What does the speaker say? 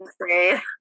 say